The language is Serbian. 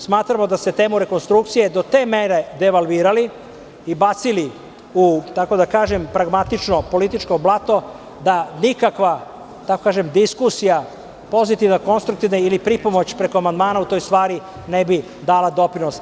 Smatramo da ste temu rekonstrukcije do te mere devalvirali i bacili u, tako da kažem, pragmatično, političko blato, da nikakva diskusija, pozitivna, konstruktivna ili pripomoć preko amandmana u toj stvari ne bi dala doprinos.